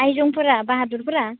आइजंफोरा बाहादुरफोरा